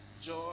Joy